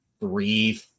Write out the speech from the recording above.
three